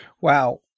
Wow